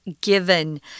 Given